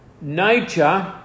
nature